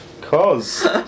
Cause